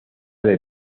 del